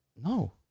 No